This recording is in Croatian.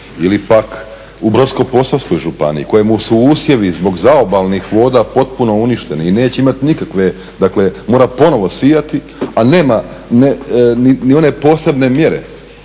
ili pak u Brodsko-posavskoj županiji, kojemu su usjevi zbog zaobalnih voda potpuno uništeni i neće imati nikakve, dakle mora ponovo sijati, a nema ni one posebne mjere